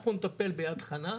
אנחנו נטפל ביד חנה,